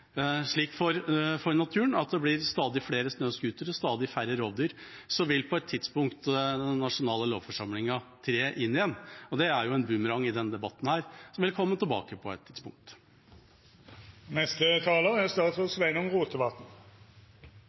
stadig flere snøscootere og stadig færre rovdyr, vil på et tidspunkt den nasjonale lovgivende forsamlingen tre inn igjen. Det er jo en boomerang i denne debatten som vil komme tilbake på et tidspunkt.